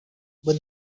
but